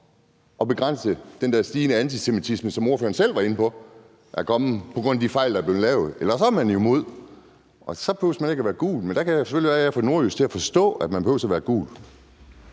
at begrænse den der stigende antisemitisme, som ordføreren selv var inde på er kommet på grund af de fejl, der er blevet lavet, eller også er man imod, og så behøver man ikke at stemme gult. Men det kan selvfølgelig være, at jeg er for nordjysk til at forstå, at man behøver at stemme gult.